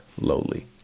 lowly